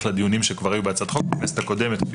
לדיונים שכבר היו בהצעת החוק בכנסת הקודמת.